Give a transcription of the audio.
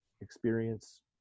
experience